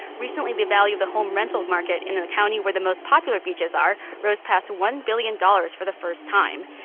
recently, the value of the home rental market in the county where the most popular beaches are rose past one billion dollars for the first time.